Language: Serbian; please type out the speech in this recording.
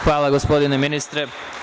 Hvala, gospodine ministre.